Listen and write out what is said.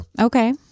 Okay